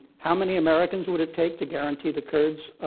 how many americans would it take to guarantee the kurds